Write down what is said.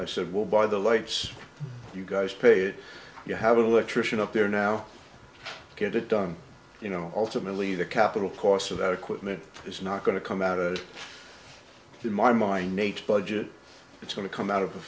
i said well by the lights you guys paid you have an electrician up there now get it done you know ultimately the capital cost of that equipment is not going to come out in my mind nature budget it's going to come out of